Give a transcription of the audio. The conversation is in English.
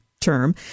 term